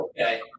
okay